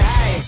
Hey